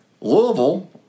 Louisville